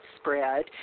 spread